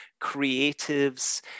creatives